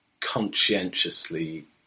conscientiously